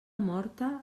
morta